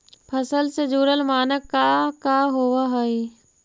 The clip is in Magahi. फसल से जुड़ल मानक का का होव हइ?